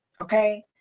Okay